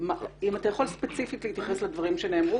אם אתה יכול ספציפית להתייחס לדברים שנאמרו